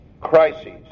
crises